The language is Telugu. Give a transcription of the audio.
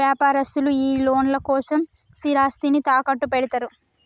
వ్యాపారస్తులు ఈ లోన్ల కోసం స్థిరాస్తిని తాకట్టుపెడ్తరు